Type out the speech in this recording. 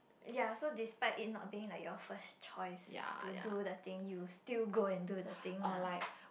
ya so despite it not being like your first choice to do the thing you would still go and do the thing ah